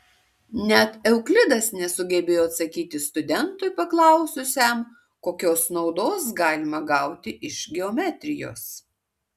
net euklidas nesugebėjo atsakyti studentui paklaususiam kokios naudos galima gauti iš geometrijos